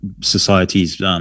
societies